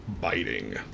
biting